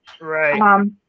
Right